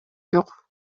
жок